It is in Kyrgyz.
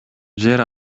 жер